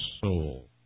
soul